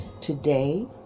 Today